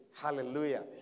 Hallelujah